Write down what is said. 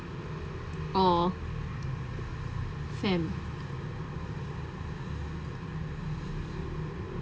or family